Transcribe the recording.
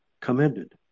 commended